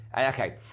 okay